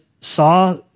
saw